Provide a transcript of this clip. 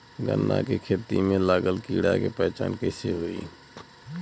गन्ना के खेती में लागल कीड़ा के पहचान कैसे होयी?